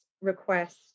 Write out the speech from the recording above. request